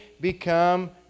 become